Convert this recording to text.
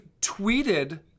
tweeted